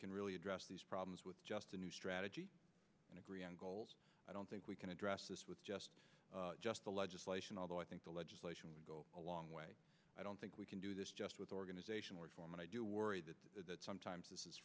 can really address these problems with just a new strategy and agree on goals i don't think we can address this with just just the legislation although i think the legislation would go a long way i don't think we can do this just with organizational reform and i do worry that sometimes this